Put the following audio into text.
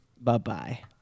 Bye-bye